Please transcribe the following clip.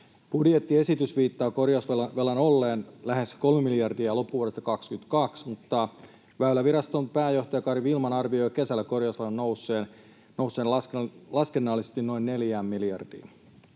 Budjettiesitys viittaa korjausvelan olleen lähes kolme miljardia loppuvuodesta 22, mutta Väyläviraston pääjohtaja Kari Wihlman arvioi kesällä korjausvelan nousseen laskennallisesti noin neljään miljardiin.